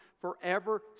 forever